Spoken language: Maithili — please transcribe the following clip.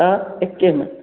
तऽ एक्केमे